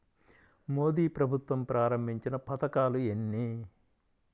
మోదీ ప్రభుత్వం ప్రారంభించిన పథకాలు ఎన్ని?